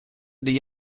degli